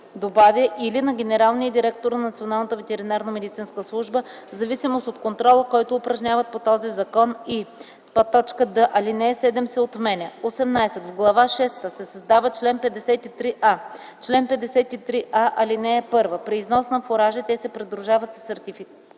добавя „или на генералния директор на Националната ветеринарномедицинска служба, в зависимост от контрола, който упражняват по този закон и”; д) алинея 7 се отменя. 18. В Глава шеста се създава чл. 53а: „Чл. 53а.(1) При износ на фуражи те се придружават със сертификат,